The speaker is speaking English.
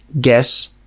guess